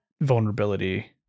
vulnerability